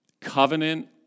Covenant